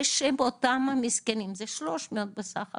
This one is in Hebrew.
בשם אותם המסכנים, זה 300 בסך הכול,